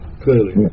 clearly